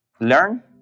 learn